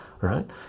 right